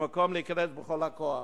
במקום להיכנס בכל הכוח.